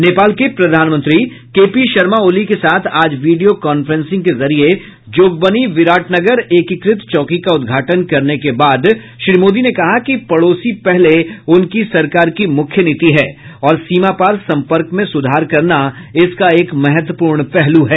नेपाल के प्रधानमंत्री के पी शर्मा ओली के साथ आज वीडियो कॉन्फ्रेंसिंग के जरिये जोगबनी बिराटनगर एकीकृत चौकी का उद्घाटन करने के बाद श्री मोदी ने कहा कि पड़ोसी पहले उनकी सरकार की मुख्य नीति है और सीमा पार सम्पर्क में सुधार करना इसका एक महत्वपूर्ण पहलू है